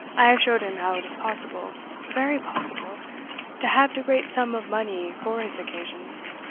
i have showed him how it is possible very possible to have de great sum of money for his occasions